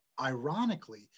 ironically